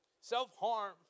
Self-harm